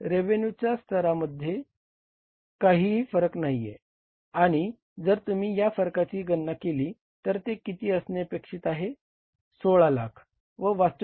रेव्हेन्यूच्या 1600 हजार असणे अपेक्षित होते आणि 7